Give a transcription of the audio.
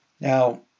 Now